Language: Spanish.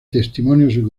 testimonios